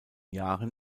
jahren